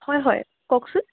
হয় হয় কওকচোন